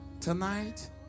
Tonight